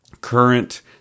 current